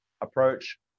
approach